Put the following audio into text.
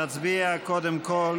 נצביע קודם כול